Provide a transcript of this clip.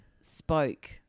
spoke